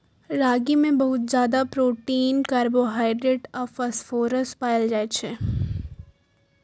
रागी मे बहुत ज्यादा प्रोटीन, कार्बोहाइड्रेट आ फास्फोरस पाएल जाइ छै